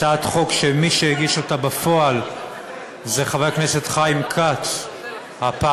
הצעת חוק שמי שהגיש אותה בפועל זה חבר הכנסת חיים כץ הפעלתן,